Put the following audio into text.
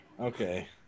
Okay